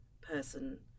person